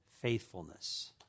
faithfulness